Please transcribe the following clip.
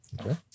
Okay